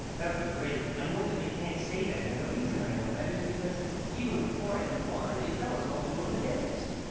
that would be great. i know that they can't say that. and the reason i know that is because even with fluoride in the water, they tell us all to go to the dentist.